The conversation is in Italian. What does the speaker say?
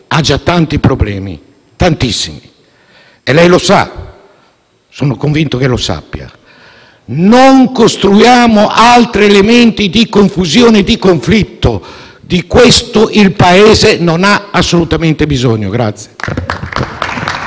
ha già tantissimi problemi, e lei lo sa; sono convinto che lo sappia. Non costruiamo altri elementi di confusione e di conflitto, perché di questo il Paese non ha assolutamente bisogno.